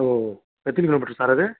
ஓ எத்தனி kilometre sir அது